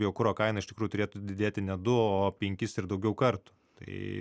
biokuro kaina iš tikrųjų turėtų didėti ne du o penkis ir daugiau kartų tai